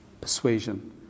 persuasion